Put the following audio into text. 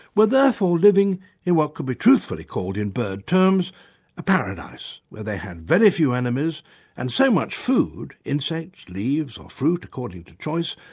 were therefore living in what could be truthfully called in bird terms a paradise where they had very few enemies and so much food insects, leaves or fruit according to choice,